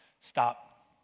stop